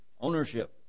ownership